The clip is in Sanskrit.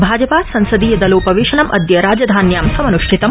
भाजपा संसदीय दलोपवेशनम अदय राजधान्यां समन्ष्ठितम